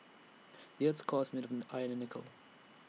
the Earth's core is made of iron and nickel